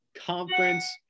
conference